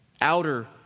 outer